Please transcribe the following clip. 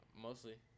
mostly